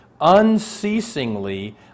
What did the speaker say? unceasingly